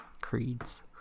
creeds